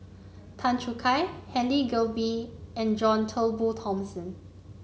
Tan Choo Kai Helen Gilbey and John Turnbull Thomson